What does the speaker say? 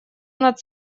над